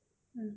mm